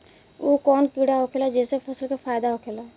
उ कौन कीड़ा होखेला जेसे फसल के फ़ायदा होखे ला?